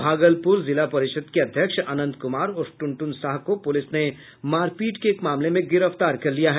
भागलपुर जिला परिषद् के अध्यक्ष अनंत कुमार उर्फ टुनटुन साह को पुलिस ने मारपीट के एक मामले में गिरफ्तार कर लिया है